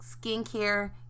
skincare